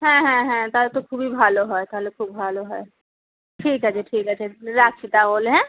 হ্যাঁ হ্যাঁ হ্যাঁ তাহলে তো খুবই ভালো হয় তাহলে খুব ভালো হয় ঠিক আছে ঠিক আছে রাখছি তাহলে হ্যাঁ